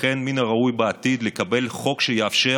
ואכן מן הראוי בעתיד לקבל חוק שיאפשר